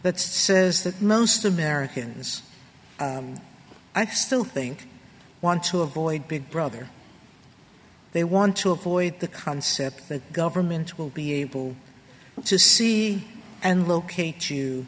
that says that most americans i still think want to avoid big brother they want to avoid the concept that governments will be able to see and locate you